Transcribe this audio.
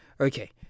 Okay